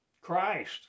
Christ